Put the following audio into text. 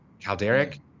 Calderic